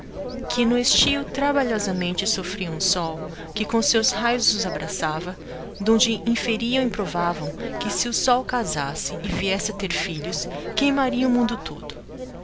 que no estio trabalhosamente soílrião hum sol que com seus raios os abrasava donde inferião e provavão que se o sol casasse e viesse a ter lilhos queimaria o mundo todo